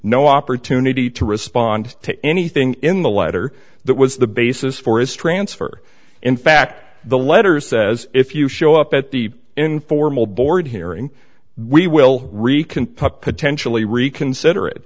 no opportunity to respond to anything in the letter that was the basis for his transfer in fact the letter says if you show up at the informal board hearing we will rican pup potentially reconsider it